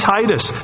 Titus